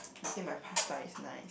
I think my pasta is nice